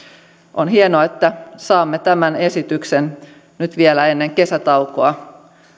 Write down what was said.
on hienoa että saamme tämän esityksen nyt vielä ennen kesätaukoa